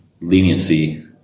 leniency